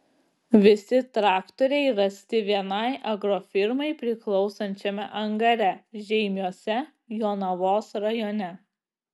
visi traktoriai rasti vienai agrofirmai priklausančiame angare žeimiuose jonavos rajone